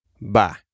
Bye